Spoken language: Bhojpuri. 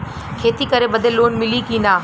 खेती करे बदे लोन मिली कि ना?